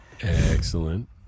Excellent